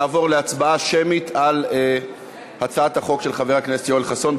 נעבור להצבעה שמית על הצעת החוק של חבר הכנסת יואל חסון.